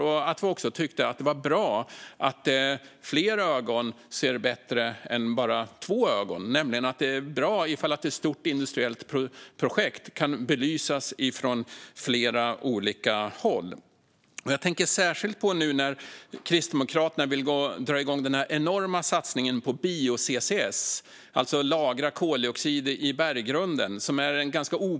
Jag trodde också att vi alla tyckte att fler ögon ser bättre än bara två ögon, alltså att det är bra att ett stort industriellt projekt kan belysas från flera olika håll. Jag tänker särskilt på den enorma satsningen på bio-CCS, att lagra koldioxid i berggrunden, som Kristdemokraterna vill dra igång.